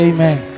Amen